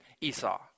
Esau